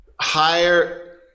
higher